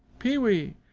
pee-wee!